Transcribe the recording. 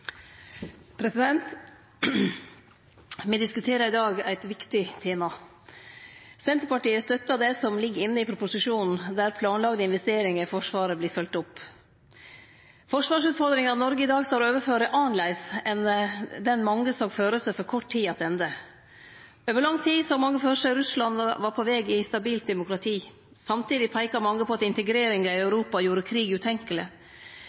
Me diskuterer i dag eit viktig tema. Senterpartiet støttar det som ligg inne i proposisjonen, der planlagde investeringar i Forsvaret vert følgde opp. Forsvarsutfordringa Noreg i dag står framfor, er annleis enn den mange såg føre seg for kort tid attende. Over lang tid såg mange føre seg at Russland var på veg til eit stabilt demokrati. Samtidig peika mange på at integreringa i Europa gjorde krig